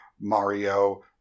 Mario